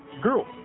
Girl